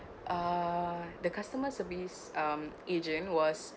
uh the customer service um agent was